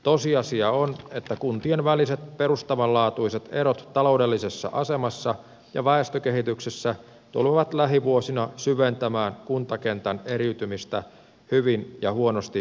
tosiasia on että kuntien väliset perustavanlaatuiset erot taloudellisessa asemassa ja väestönkehityksessä tulevat lähivuosina syventämään kuntakentän eriytymistä hyvin ja huonosti menestyviin kuntiin